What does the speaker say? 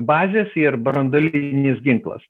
bazės ir branduolinis ginklas